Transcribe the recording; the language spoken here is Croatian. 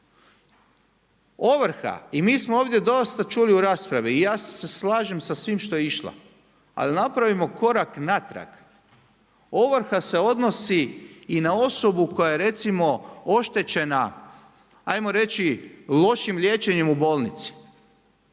Ovrha i mi smo ovdje dosta čuli u raspravi i ja se slažem sa svim što je išla, ali napravimo korak natrag. Ovrha se odnosi i na osobu koja je recimo oštećena hajmo reći lošim liječenjem u bolnici,